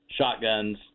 shotguns